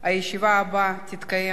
הצעת חוק הבנקאות (שירות ללקוח) (תיקון מס' 19)